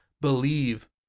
believe